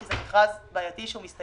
כי זה מכרז בעייתי שהסתיים.